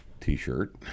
t-shirt